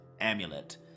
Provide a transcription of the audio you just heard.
amulet